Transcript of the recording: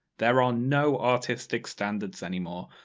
there are no artistic standards anymore,